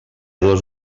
dues